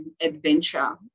adventure